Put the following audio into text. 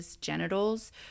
genitals